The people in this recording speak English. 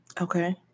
Okay